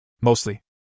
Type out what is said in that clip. Mostly